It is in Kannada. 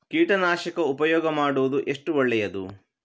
ಕೀಟನಾಶಕ ಉಪಯೋಗ ಮಾಡುವುದು ಎಷ್ಟು ಒಳ್ಳೆಯದು?